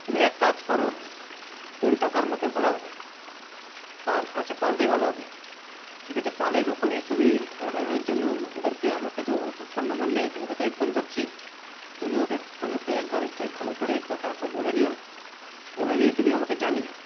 তুমি এক কাজ করো কোনটা তার মধ্যে ভালো হবে পাল আচ্ছা পালটাই ভালো হবে ঠিক আছে পালের ওখানেই তুমি অর্ডারের জন্য ওদেরকে আমার কাছে ওদের তো ফোন নম্বর নেই তোমাকে তাই ফোন করছি তুমি ওদের ফোনেতে একবার এটা ভালো করে কথাটা বলে নিও বলে নিয়ে তুমি আমাকে জানিও